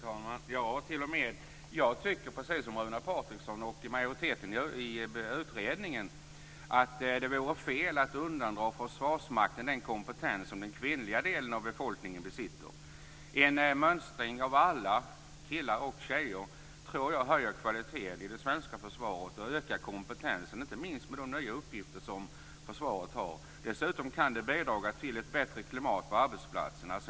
Herr talman! Jag tycker liksom Runar Patriksson och majoriteten i utredningen att det vore fel att undandra Försvarsmakten den kompetens som den kvinnliga delen av befolkningen besitter. Jag tror att en mönstring av alla, killar och tjejer, skulle höja kvaliteten i det svenska försvaret och öka kompetensen, inte minst med de nya uppgifter som försvaret har. Dessutom kan det bidra till ett bättre klimat på arbetsplatserna.